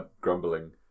grumbling